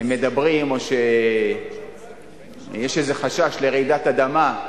מדברים שיש איזה חשש לרעידת אדמה,